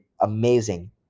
amazing